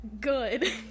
good